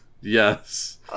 yes